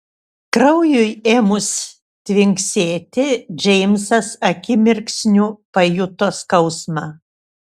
kraujui ėmus tvinksėti džeimsas akimirksniu pajuto skausmą